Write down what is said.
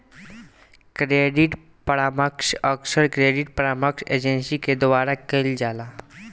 credit परामर्श अक्सर credit परामर्श एजेंसी के द्वारा कईल जाला